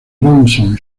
rawson